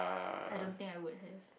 I don't think I would have